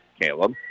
Caleb